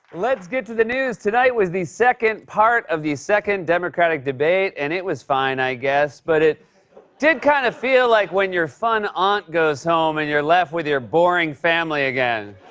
let's get to the news. tonight was the second part of the second democratic debate, and it was fine, i guess, but it did kind of feel like when your fun aunt goes home and you're left with your boring family again.